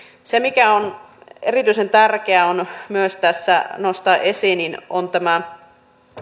se mikä on erityisen tärkeää myös tässä nostaa esiin on tämä